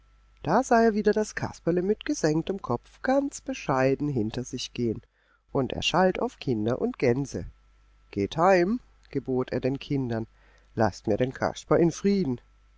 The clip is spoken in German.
da sah er wieder das kasperle mit gesenktem kopf ganz bescheiden hinter sich gehen und er schalt auf kinder und gänse geht heim gebot er den kindern laßt mir den kasper in frieden